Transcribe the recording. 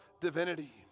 divinity